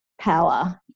power